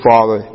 Father